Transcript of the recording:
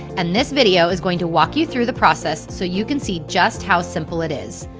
and this video is going to walk you through the process so you can see just how simple it is.